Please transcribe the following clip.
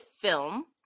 film